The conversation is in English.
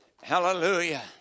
hallelujah